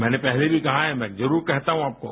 मैंने पहले भी कहा है मैं जरुर कहता हूँ आपको